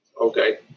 Okay